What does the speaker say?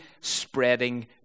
spreading